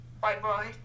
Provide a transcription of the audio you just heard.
Bye-bye